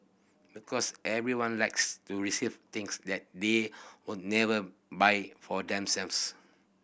because everyone likes to receive things that they would never buy for themselves